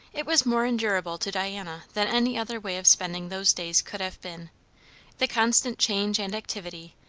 it was more endurable to diana than any other way of spending those days could have been the constant change and activity,